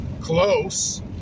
close